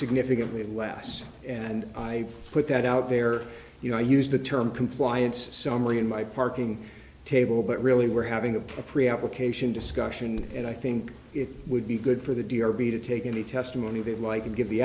significantly less and i put that out there you know i use the term compliance summary in my parking table but really we're having a pre application discussion and i think it would be good for the d or b to take any testimony they like and give the